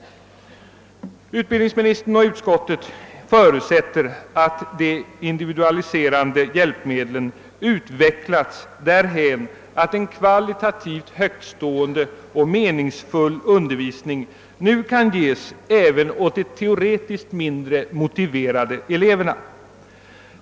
Utbildningsministern och utskottet förutsätter att de individualiserande hjälpmedlen utvecklats därhän att en kvalitativt högtgående och meningsfull undervisning nu kan ges även åt de teoretiskt mindre motiverade eleverna.